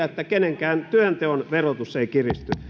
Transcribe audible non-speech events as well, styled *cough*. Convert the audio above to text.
*unintelligible* että kenenkään työnteon verotus ei kiristy